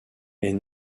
est